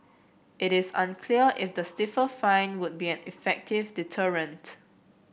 it is unclear if the stiffer fine would be an effective deterrent